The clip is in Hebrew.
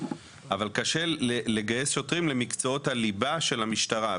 אבל קשה לגייס שוטרים למקצועות הליבה של המשטרה,